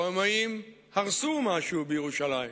הרומאים הרסו משהו בירושלים.